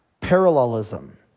parallelism